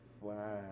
Wow